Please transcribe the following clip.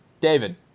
David